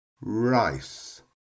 Rice